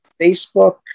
Facebook